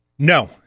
No